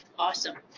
awesome.